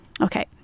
okay